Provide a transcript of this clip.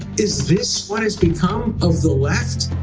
is this what has become of the left?